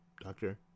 doctor